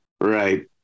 Right